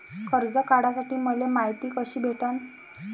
कर्ज काढासाठी मले मायती कशी भेटन?